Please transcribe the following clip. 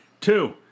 Two